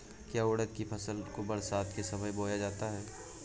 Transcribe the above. क्या उड़द की फसल को बरसात के समय बोया जाता है?